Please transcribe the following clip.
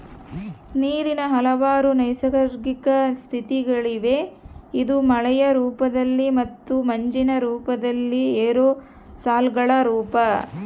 ನೀರಿನ ಹಲವಾರು ನೈಸರ್ಗಿಕ ಸ್ಥಿತಿಗಳಿವೆ ಇದು ಮಳೆಯ ರೂಪದಲ್ಲಿ ಮತ್ತು ಮಂಜಿನ ರೂಪದಲ್ಲಿ ಏರೋಸಾಲ್ಗಳ ರೂಪ